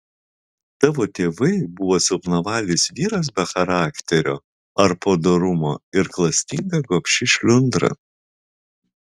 tavo tėvai buvo silpnavalis vyras be charakterio ar padorumo ir klastinga gobši šliundra